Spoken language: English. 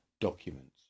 documents